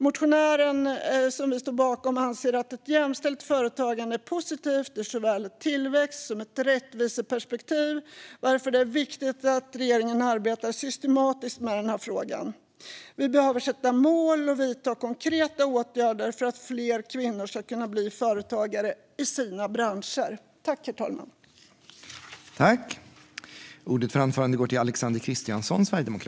Motionären, som vi står bakom, anser att ett jämställt företagande är positivt ur såväl ett tillväxt som ett rättviseperspektiv, varför det är viktigt att regeringen arbetar systematiskt med frågan. Vi behöver sätta mål och vidta konkreta åtgärder för att fler kvinnor ska kunna bli företagare i sina branscher.